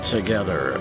Together